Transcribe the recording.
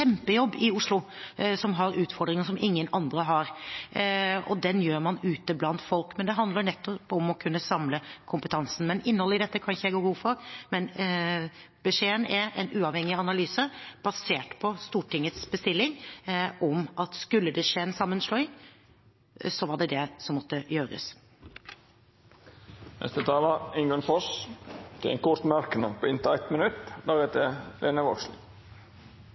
i Oslo, som har utfordringer som ingen andre har, og den gjør man ute blant folk, men det handler nettopp om å kunne samle kompetansen. Innholdet i dette kan ikke jeg gå god for, men beskjeden er en uavhengig analyse basert på Stortingets bestilling om at skulle det skje en sammenslåing, var det det som måtte gjøres. Representanten Ingunn Foss har hatt ordet to ganger tidlegare og får ordet til ein kort merknad, avgrensa til 1 minutt.